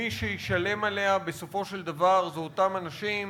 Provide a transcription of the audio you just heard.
מי שישלם עליה בסופו של דבר הם אותם אנשים,